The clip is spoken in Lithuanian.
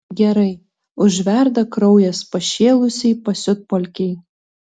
gerai užverda kraujas pašėlusiai pasiutpolkei